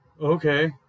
Okay